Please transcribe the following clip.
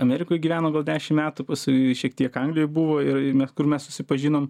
amerikoj gyveno gal dešim metų paskuj šiek tiek anglijoj buvo ir ir mes kur mes susipažinom